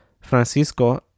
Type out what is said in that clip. Francisco